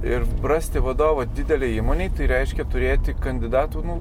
ir prasti vadovai didelei įmonei tai reiškia turėti kandidatų nu